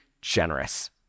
generous